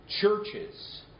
churches